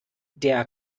der